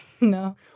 no